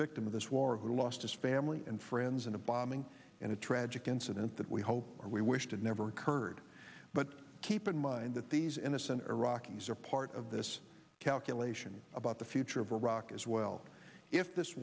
victim of this war who lost his family and friends in a bombing and a tragic incident that we hope we wish had never occurred but keep in mind that these innocent iraqis are part of this calculation about the future of iraq as well if this